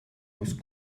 most